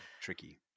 tricky